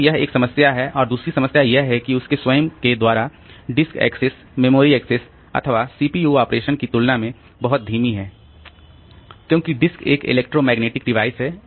तो यह एक समस्या है और दूसरी समस्या यह है कि उसके स्वयं के द्वारा डिस्क एक्सेस मेमोरी एक्सेस अथवा सीपीयू ऑपरेशन के तुलना में बहुत धीमी है क्योंकि डिस्क एक इलेक्ट्रोमैग्नेटिक डिवाइस है